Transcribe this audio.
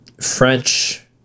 French